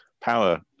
power